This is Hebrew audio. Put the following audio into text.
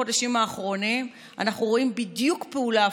בחודשים האחרונים אנחנו רואים בדיוק פעולה הפוכה.